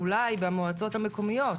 אולי במועצות המקומיות,